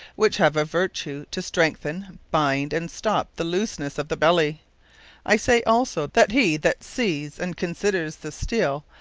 which have a vertue to strengthen, binde, and stop the loosenesse of the belly i say also, that he that sees and considers the steele,